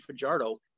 Fajardo